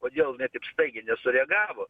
kodėl jinai taip staigiai nesureagavo